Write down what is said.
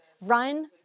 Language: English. Run